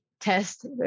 Test